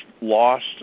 lost